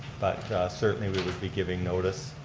but certainly we would be giving notice.